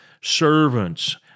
servants